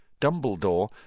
Dumbledore